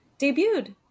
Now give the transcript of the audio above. debuted